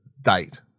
date